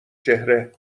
چهره